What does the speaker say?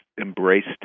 embraced